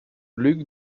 luc